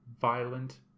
violent